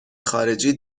خارجی